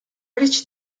rridx